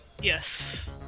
Yes